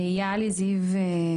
יהלי זיו.